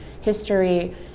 history